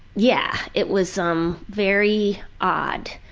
yeah. it was um, very odd,